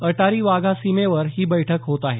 अटारी वाघा सीमेवर ही बैटक होत आहे